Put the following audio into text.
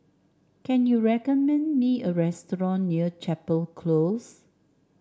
can you recommend me a restaurant near Chapel Close